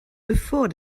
bevor